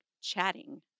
chatting